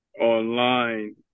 online